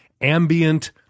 ambient